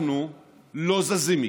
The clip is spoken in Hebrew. אנחנו לא זזים מכאן.